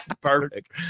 Perfect